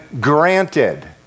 granted